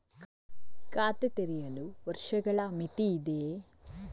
ಖಾತೆ ತೆರೆಯಲು ವರ್ಷಗಳ ಮಿತಿ ಇದೆಯೇ?